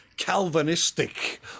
calvinistic